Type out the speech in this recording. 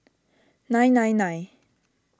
nine nine nine